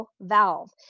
valve